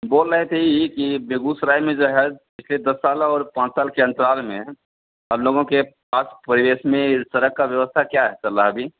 बोल रहे थे यही कि बेगूसराय में जो है पिछले दस साल और पाँच साल के अंतराल में हम लोगों के पास परिवेश में इस तरह का व्यवस्था क्या है चलो आगे